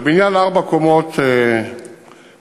בבניין ארבע קומות חניה,